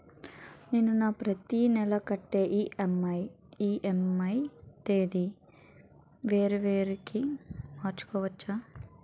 నేను నా ప్రతి నెల కట్టే ఈ.ఎం.ఐ ఈ.ఎం.ఐ తేదీ ని వేరే తేదీ కి మార్చుకోవచ్చా?